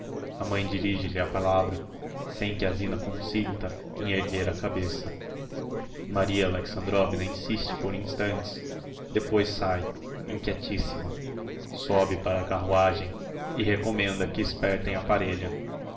a mãe dirige lhe a palavra sem que a zina consinta em erguer a cabeça maria alexandrovna insiste por instantes depois sae inquietissima sobe para a carruagem e recommenda que espertem a parelha